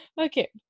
Okay